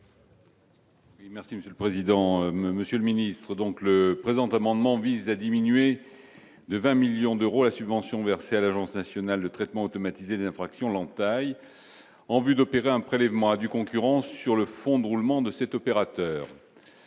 Merci monsieur le président, Monsieur le Ministre, donc le présent amendement vise à diminuer de 20 millions d'euros, la subvention versée à l'Agence nationale de traitement automatisé des infractions l'entaille en vue d'opérer un prélèvement à due concurrence sur le fonds de roulement de cet opérateur,